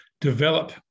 develop